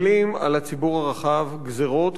מטילים על הציבור הרחב גזירות,